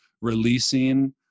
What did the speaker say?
releasing